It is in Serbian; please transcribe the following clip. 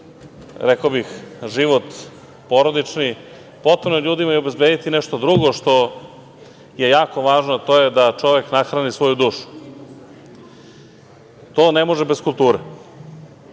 rekao bih, život porodični, potrebno je ljudima i obezbediti nešto drugo što je jako važno, a to je da čovek nahrani svoju dušu. To ne može bez kulture. Kultura